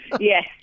Yes